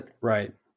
Right